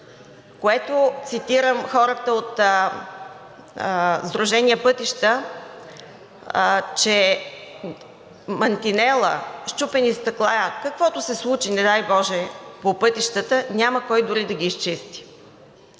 което – цитирам хората от Сдружение „Пътища“, че мантинела, счупени стъкла, каквото се случи, не дай боже, по пътищата, няма кой дори да ги изчисти.